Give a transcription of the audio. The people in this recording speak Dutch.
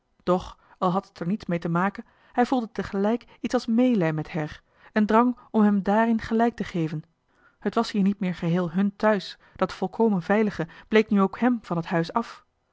doch al had het er niets mee te maken hij voelde tegelijk iets als meelij met her een drang om hem dààrin gelijk te geven het was hier niet meer geheel hun thuis dat volkomen veilige bleek nu ook hem van vader's huis af